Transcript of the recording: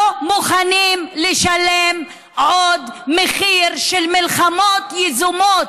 לא מוכנים לשלם עוד מחיר של מלחמות יזומות,